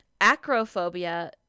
acrophobia